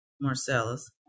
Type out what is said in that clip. Marcellus